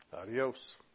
Adios